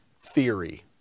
theory